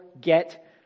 get